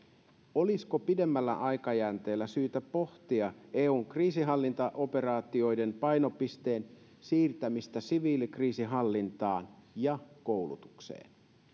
olisiko pidemmällä aikajänteellä syytä pohtia eun kriisinhallintaoperaatioiden painopisteen siirtämistä siviilikriisinhallintaan ja koulutukseen